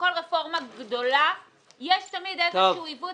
בכל רפורמה גדולה יש תמיד איזשהו עיוות